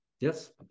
yes